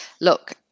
Look